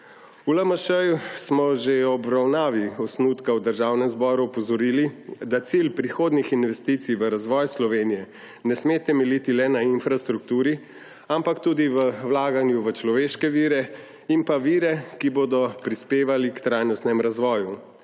V LMŠ smo že ob obravnavi osnutka v Državnem zboru opozorili, da cilj prihodnjih investicij v razvoj Slovenije ne sme temeljiti le na infrastrukturi, ampak tudi na vlaganju v človeške vire in vire, ki bodo prispevali k trajnostnem razvoju;